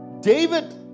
David